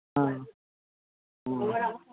হ্যাঁ হুম